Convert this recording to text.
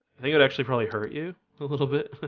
think it actually probably hurt you a little bit.